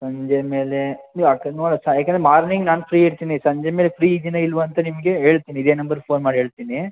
ಸಂಜೆ ಮೇಲೆ ಯಾಕಂದ್ರೆ ಮಾರ್ನಿಂಗ್ ನಾನು ಫ್ರೀ ಇರ್ತೀನಿ ಸಂಜೆ ಮೇಲೆ ಫ್ರೀ ಇದ್ದೀನೊ ಇಲ್ಲವೊ ಅಂತ ನಿಮಗೆ ಹೇಳ್ತೀನಿ ಇದೇ ನಂಬರ್ಗೆ ಫೋನ್ ಮಾಡಿ ಹೇಳ್ತೀನಿ